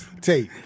tape